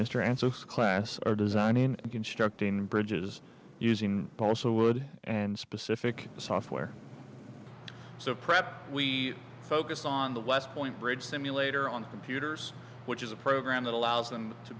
so class our design in constructing bridges using also wood and specific software so perhaps we focus on the west point bridge simulator on computers which is a program that allows them to